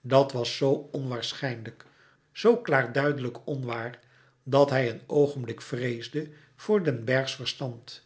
dat was z onwaarschijnlijk zoo klaarduidelijk onwaar dat hij een oogenblik vreesde voor den berghs verstand